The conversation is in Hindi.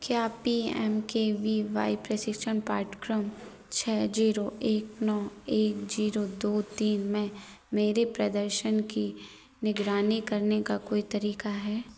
क्या P M K V Y प्रशिक्षण पाठ्यक्रम छः जीरो एक नौ एक जीरो दो तीन में मेरे प्रदर्शन की निगरानी करने का कोई तरीका है